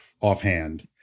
offhand